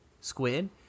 squid